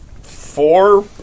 Four